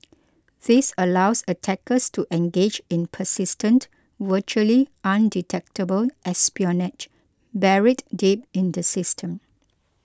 this allows attackers to engage in persistent virtually undetectable espionage buried deep in the system